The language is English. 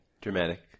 dramatic